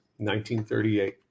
1938